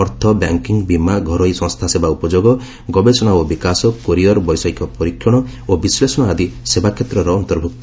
ଅର୍ଥ ବ୍ୟାଙ୍କିଙ୍ଗ୍ ବୀମା ଘରୋଇ ସଂସ୍ଥା ସେବା ଉପଯୋଗ ଗବେଷଣା ଓ ବିକାଶ କୋରିୟର୍ ବୈଷୟିକ ପରୀକ୍ଷଣ ଓ ବିଶ୍ଳେଷଣ ଆଦି ସେବା କ୍ଷେତ୍ରର ଅନ୍ତର୍ଭୁକ୍ତ